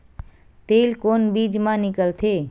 तेल कोन बीज मा निकलथे?